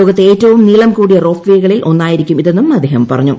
ലോകത്തെ ഏറ്റവും നീളം കൂടിയ റോപ്പ് വേകളിൽ ഒന്നായിരിക്കും ഇതെന്നും അദ്ദേഹം പറഞ്ഞു